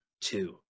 two